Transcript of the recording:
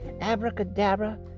Abracadabra